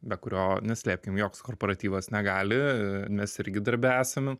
be kurio neslėpkim joks korporatyvas negali nes irgi darbe esame